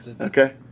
okay